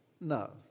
No